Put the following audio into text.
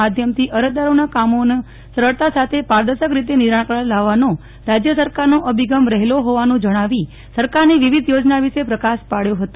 માધ્યમથી અરજદારોના કામોનો સરળતાસાથે પારદર્શક રીતે નિરાકરણ લાવવાનો રાજય સરકારનો અભિગમ રહેલો હોવાનું જણાવી સરકારની વિવિધ યોજના વિશે પ્રકાશ પાડ્યો હતો